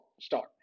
start